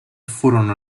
furono